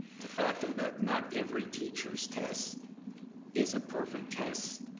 the factor that not every teacher's test is a perfect test,